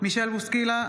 מישל בוסקילה,